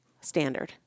standard